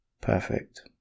Perfect